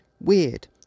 weird